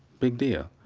big deal.